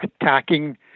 attacking